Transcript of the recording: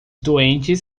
doentes